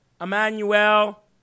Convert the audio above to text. Emmanuel